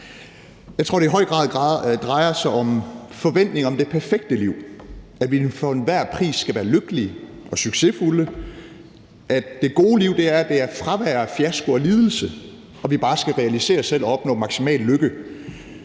Jeg tror, at det i høj grad drejer sig om forventning om det perfekte liv; at vi for enhver pris skal være lykkelige og succesfulde; at det gode liv er fravær af fiasko og lidelse, og at vi bare skal realisere os selv og opnå maksimal lykke.